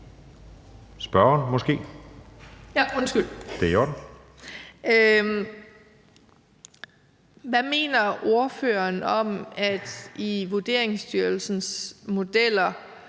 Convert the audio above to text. Hvad mener ordføreren om, at man i forhold til Vurderingsstyrelsens modeller,